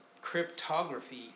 cryptography